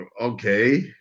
okay